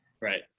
Right